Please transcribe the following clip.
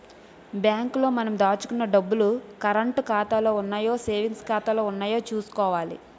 bank లో మనం దాచుకున్న డబ్బులు కరంటు ఖాతాలో ఉన్నాయో సేవింగ్స్ ఖాతాలో ఉన్నాయో చూసుకోవాలి